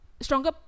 stronger